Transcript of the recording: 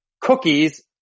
cookies